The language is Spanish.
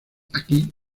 aquí